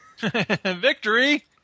Victory